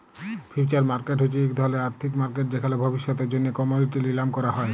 future market হছে ইক ধরলের আথ্থিক মার্কেট যেখালে ভবিষ্যতের জ্যনহে কমডিটি লিলাম ক্যরা হ্যয়